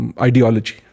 ideology